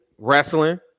Wrestling